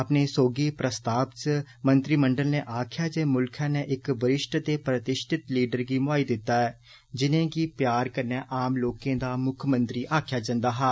अपने सोगी प्रस्ताव च मंत्रिमंडल नै आखेआ ऐ जे मुल्ख नै इक वरिश्ठ ते प्रतिश्ठित लीडर गी मुहाई दित्ता ऐ जिनें'गी प्यार कन्नै आम लोकें दा मुक्खमंत्री आखेआ जंदा हा